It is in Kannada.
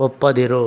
ಒಪ್ಪದಿರು